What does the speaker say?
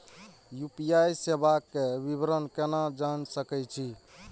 UPI सेवा के विवरण केना जान सके छी?